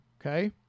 Okay